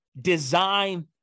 design